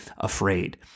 afraid